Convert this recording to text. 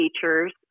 features